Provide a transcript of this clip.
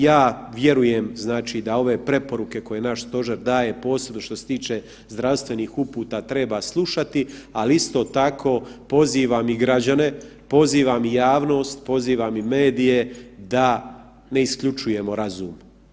Ja vjerujem znači da ove preporuke koje naš stožer daje, posebno što se tiče zdravstvenih uputa treba slušati, ali isto tako pozivam i građane, pozivam i javnost, pozivam i medije da ne isključujemo razum.